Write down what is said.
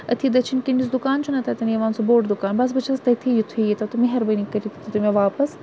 أتھی دٔچھِن کِن یُس دُکان چھُ تتٮ۪ن یِوان سُہ بوٚڈ دُکان بس بہٕ چھَس تٔتھی یوٚتھٔی ییٖتَو تہٕ مہربٲنی کٔرِتھ دِی تو مےٚ واپَس